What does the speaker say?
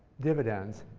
dividends.